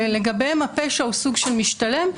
ולגביהם הפשע הוא סוג של משתלם,